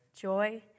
joy